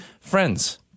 Friends